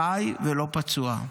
חי ולא פצוע.